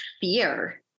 fear